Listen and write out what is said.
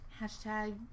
Hashtag